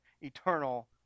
eternal